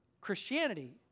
Christianity